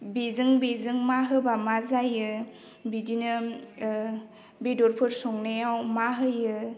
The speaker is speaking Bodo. बेजों बेजों मा होबा मा जायो बिदिनो बेदरफोर संनायाव मा होयो